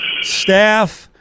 staff